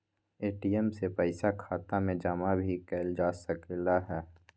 ATM से पइसा खाता में जमा भी कएल जा सकलई ह